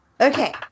Okay